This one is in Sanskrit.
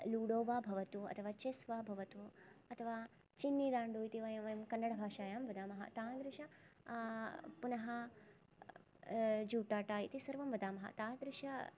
लूडो वा भवतु अथवा चेस् वा भवतु अथवा चिन्निदाण्डु इति वयं कन्नडभाषायां वदामः तादृश पुनः जुटाटा इति सर्वं वदामः तादृश